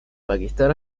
pakistán